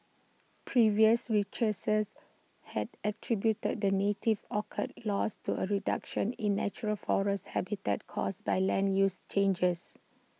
previous researchers had attributed the native orchid's loss to A reduction in natural forest habitats caused by land use changes